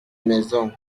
maison